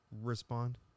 respond